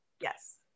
Yes